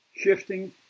Shifting